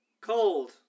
cold